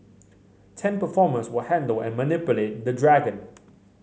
ten performers will handle and manipulate the dragon